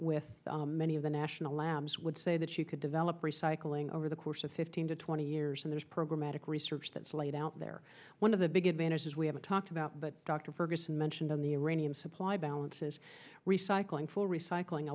with many of the national labs would say that you could develop recycling over the course of fifteen to twenty years and there's programatic research that's laid out there one of the big advantages we haven't talked about but dr ferguson mentioned on the uranium supply balance is recycling for recycling